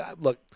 look